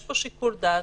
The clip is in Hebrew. יש פה שיקול דעת,